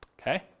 okay